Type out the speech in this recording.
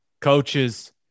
coaches